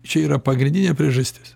čia yra pagrindinė priežastis